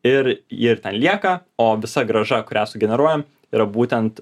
ir ji ten lieka o visa grąža kurią sugeneruojam yra būtent